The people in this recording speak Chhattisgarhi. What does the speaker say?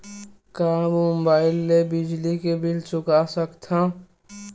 का मुबाइल ले बिजली के बिल चुका सकथव?